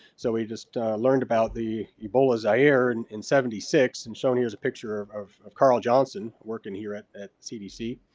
so we just learned about the ebola zaire in in seventy six. and showing here is a picture of of carl johnson working here at at cdc.